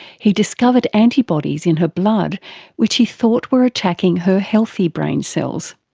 he discovered antibodies in her blood which he thought were attacking her healthy brain cells.